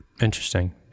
interesting